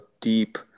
deep